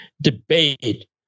debate